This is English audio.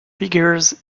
figures